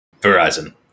Verizon